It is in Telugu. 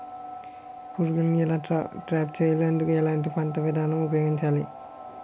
పురుగులను ఎలా ట్రాప్ చేయాలి? అందుకు ఎలాంటి పంట విధానం ఉపయోగించాలీ?